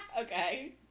Okay